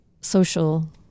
social